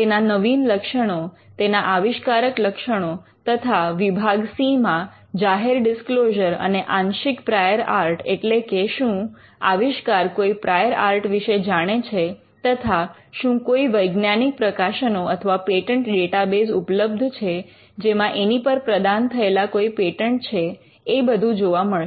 તેના નવીન લક્ષણો તેના આવિષ્કારક લક્ષણો તથા વિભાગ સી માં જાહેર ડિસ્ક્લોઝર અને આંશિક પ્રાયોર આર્ટ એટલે કે શું આવિષ્કાર કોઈ પ્રાયોર આર્ટ વિશે જાણે છે તથા શું કોઈ વૈજ્ઞાનિક પ્રકાશનો અથવા પેટન્ટ ડેટાબેઝ ઉપલબ્ધ છે જેમાં એની પર પ્રદાન થયેલા કોઈ પેટન્ટ છે એ બધું જોવા મળશે